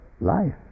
life